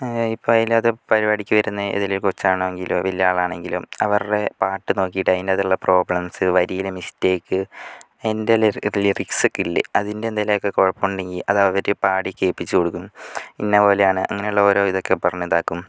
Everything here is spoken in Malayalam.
ഇപ്പം അതിനകത്ത് പരിപാടിയ്ക്ക് വരുന്ന ഇതി കൊച്ചാണെങ്കിലോ വലിയ ആളാണെങ്കിലും അവരുടെ പാട്ട് നോക്കിയിട്ട് അതിനകത്തുള്ള പ്രോബ്ലംസ് വരിയിലെ മിസ്റ്റേക്ക് അതിൻ്റെ ലിറി ലിറിക്സ് ഒക്കെയില്ലേ അതിൻ്റെ എന്തെങ്കിലൊക്കെ കുഴപ്പം ഉണ്ടെങ്കിൽ അത് അവർ പാടി കേൾപ്പിച്ചുകൊടുക്കും ഇന്നപോലെയാണ് അങ്ങനെയുള്ള ഒരോ ഇതുക്കെ പറഞ്ഞ് ഇതാക്കും